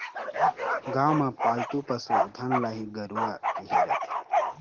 गाँव म पालतू पसु धन ल ही गरूवा केहे जाथे